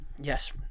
Yes